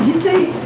say